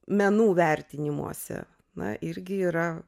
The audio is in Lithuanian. menų vertinimuose na irgi yra